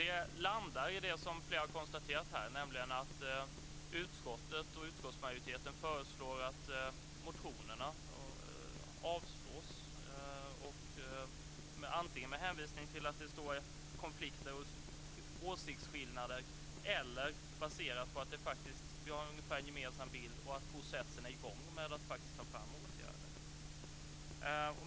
Det landar i det som flera har konstaterat här, nämligen att utskottet och utskottsmajoriteten föreslår att motionerna avslås, antingen med hänvisning till konflikter och åsiktsskillnader eller baserat på att vi har en ungefärligen gemensam bild och att processen är i gång med att faktiskt ta fram åtgärder.